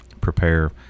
prepare